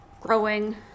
growing